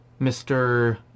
Mr